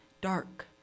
dark